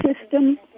system